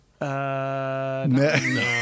No